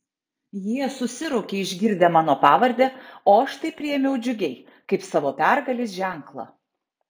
jie susiraukė išgirdę mano pavardę o aš tai priėmiau džiugiai kaip savo pergalės ženklą